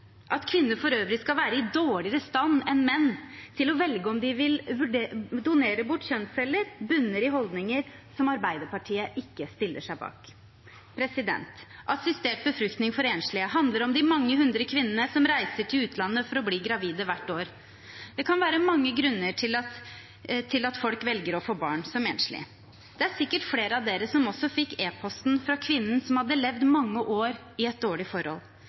At kvinner for øvrig skal være i dårligere stand enn menn til å velge om de vil donere bort kjønnsceller, bunner i holdninger som Arbeiderpartiet ikke stiller seg bak. Assistert befruktning for enslige handler om de mange hundre kvinnene som hvert år reiser til utlandet for å bli gravide. Det kan være mange grunner til at folk velger å få barn som enslige. Det er sikkert flere som fikk e-posten fra kvinnen som hadde levd mange år i et dårlig forhold.